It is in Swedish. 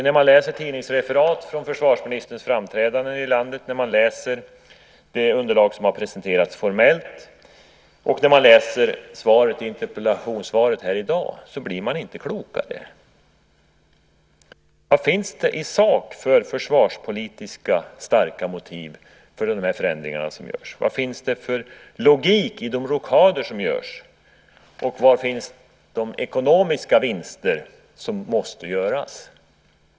När man läser tidningsreferat från försvarsministerns framträdanden i landet, när man läser det underlag som har presenterats formellt, och när man läser interpellationssvaret här i dag blir man inte klokare. Vad finns det i sak för försvarspolitiska starka motiv för de förändringar som görs? Vad finns det för logik i de rockader som görs? Och var finns de ekonomiska vinster som måste göras?